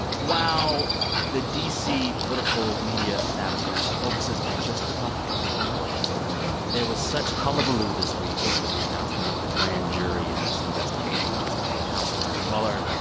while the d c. political media establishment focuses on just about everything else right there was such hullabaloo this week over the announcement of a grand jury in this investigation by the special counsel robert mueller.